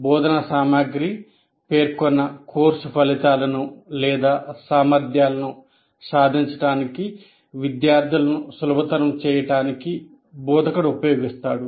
బోధనా సామగ్రి పేర్కొన్న కోర్సు ఫలితాలను లేదా సామర్థ్యాలను సాధించడానికి విద్యార్థులను సులభతరం చేయడానికి బోధకుడు ఉపయోగిస్తాడు